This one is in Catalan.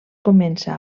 comença